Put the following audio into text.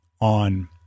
on